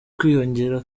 kwiyongera